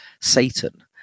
Satan